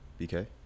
bk